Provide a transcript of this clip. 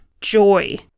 joy